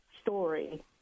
story